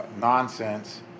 nonsense